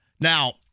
now